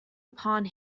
upon